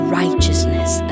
righteousness